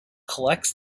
collects